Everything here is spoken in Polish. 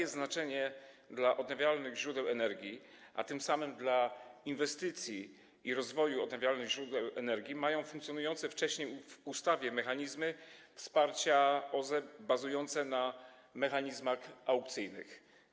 Jakie znaczenie dla odnawialnych źródeł energii, a tym samym dla inwestycji i rozwoju odnawialnych źródeł energii, mają funkcjonujące wcześniej w ustawie mechanizmy wsparcia OZE bazujące na mechanizmach aukcyjnych?